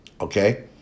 okay